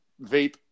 vape